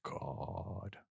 God